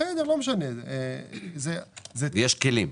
יש כלים.